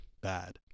bad